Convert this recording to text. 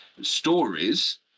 Stories